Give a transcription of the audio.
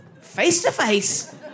face-to-face